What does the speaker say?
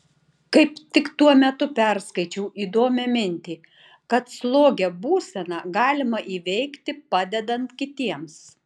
kaip tik tuo metu perskaičiau įdomią mintį kad slogią būseną galima įveikti padedant kitiems